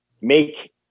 make